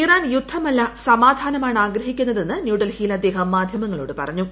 Iran യുദ്ധമല്ല സമാധാനമാണ് ആഗ്രഹിക്കുന്നതെന്ന് ന്യൂഡൽഹിയിൽ അദ്ദേഹം മാധ്യമങ്ങളോട് പറഞ്ഞു